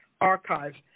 archives